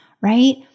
right